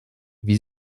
wie